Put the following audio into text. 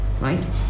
right